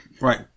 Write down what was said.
Right